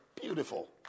Beautiful